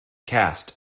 cast